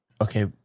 okay